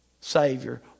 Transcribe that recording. Savior